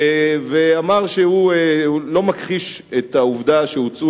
ואמר שהוא לא מכחיש את העובדה שהוצעו